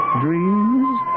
dreams